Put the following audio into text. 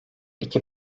iki